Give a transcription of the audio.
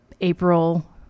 April